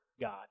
God